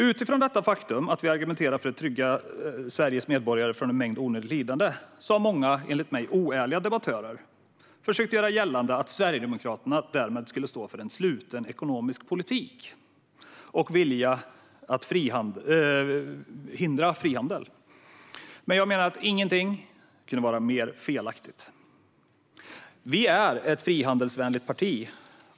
Utifrån det faktum att vi argumenterat för att trygga Sveriges medborgare från en mängd onödigt lidande har många enligt mig oärliga debattörer försökt göra gällande att Sverigedemokraterna därmed skulle stå för en sluten ekonomisk politik och en vilja att hindra frihandel. Jag menar att ingenting kunde vara mera felaktigt. Vi är ett frihandelsvänligt parti.